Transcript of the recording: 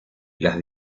las